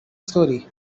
story